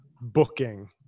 booking